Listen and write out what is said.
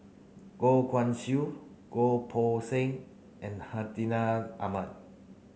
Goh Guan Siew Goh Poh Seng and Hartinah Ahmad